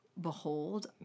behold